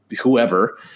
whoever